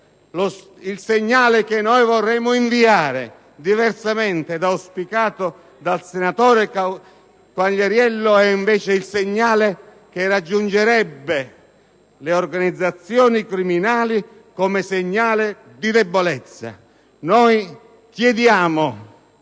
il segnale che noi vorremmo inviare e che è diverso da quello auspicato dal senatore Quagliariello, che invece raggiungerebbe le organizzazioni criminali come segnale di debolezza.